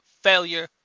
failure